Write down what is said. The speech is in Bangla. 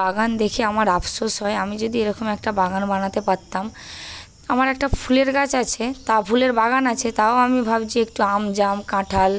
বাগান দেখে আমার আপশোস হয় আমি যদি এরকম একটা বাগান বানাতে পারতাম আমার একটা ফুলের গাছ আছে তা ফুলের বাগান আছে তাও আমি ভাবছি একটু আম জাম কাঁঠাল